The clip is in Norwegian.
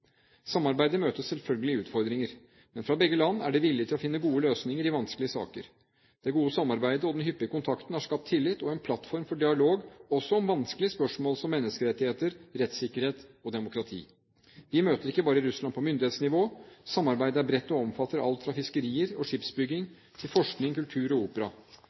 Samarbeidet møter selvfølgelig utfordringer. Men fra begge land er det vilje til å finne gode løsninger i vanskelige saker. Det gode samarbeidet og den hyppige kontakten har skapt tillit og en plattform for dialog også om vanskelige spørsmål som menneskerettigheter, rettssikkerhet og demokrati. Vi møter ikke bare Russland på myndighetsnivå. Samarbeidet er bredt og omfatter alt fra fiskeri og skipsbygging til forskning, kultur og opera.